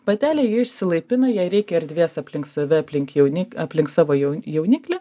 patelė ji išsilaipina jai reikia erdvės aplink save aplink jaunik aplink savo jau jauniklį